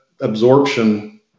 absorption